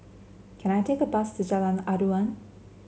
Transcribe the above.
can I take a bus to Jalan Aruan